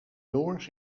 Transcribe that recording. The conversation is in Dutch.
noors